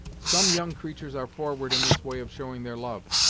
some young creatur's are forward in this way of showing their love,